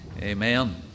Amen